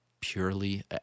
purely